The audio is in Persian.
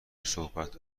صحبت